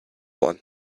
one